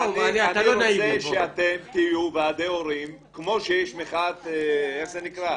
אני רוצה שאתם תעשו מחאה של תשלומי הורים.